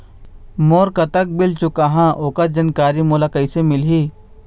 मोर कतक बिल चुकाहां ओकर जानकारी मोला कैसे मिलही?